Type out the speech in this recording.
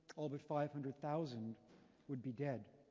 all but five hundred thousand would be dead.